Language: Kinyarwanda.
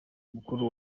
mukuru